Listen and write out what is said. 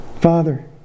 Father